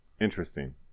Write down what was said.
Interesting